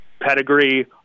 pedigree